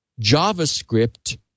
JavaScript